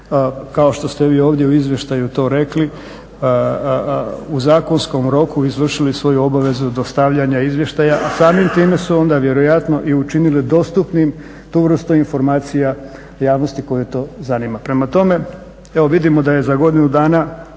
kao što ste vi ovdje u izvještaju to rekli u zakonskom roku izvršili svoju obavezu dostavljanja izvještaja, a samim time su onda vjerojatno i učinile dostupnim tu vrstu informacija javnosti koju to zanima. Prema tome, evo vidimo da je za godinu dana